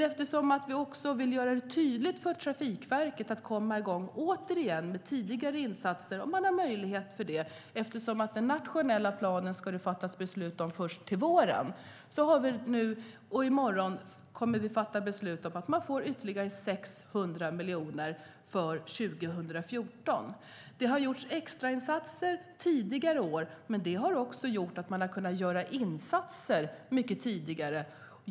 Eftersom vi också vill göra tydligt för Trafikverket att man ska komma i gång med tidigare insatser om man har möjlighet till det, för den nationella planen ska det fattas beslut om först till våren, kommer vi i morgon att fatta beslut om att man får ytterligare 600 miljoner för 2014. Det har gjorts extrainsatser tidigare år, och det har också gjort att man har kunnat göra insatser mycket tidigare.